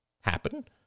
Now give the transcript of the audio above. happen